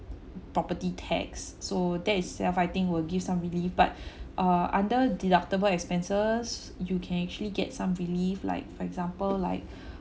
property tax so that is ya I think will give some relief but uh under deductible expenses you can actually get some relief like for example like